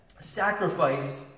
sacrifice